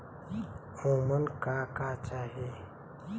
उमन का का चाही?